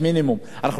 שנהג